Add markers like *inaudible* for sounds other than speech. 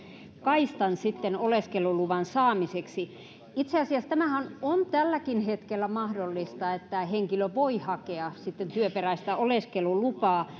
kaistan oleskeluluvan saamiseksi itse asiassa tämähän on tälläkin hetkellä mahdollista että henkilö voi hakea sitten työperäistä oleskelulupaa *unintelligible*